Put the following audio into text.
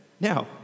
Now